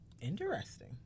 interesting